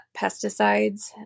pesticides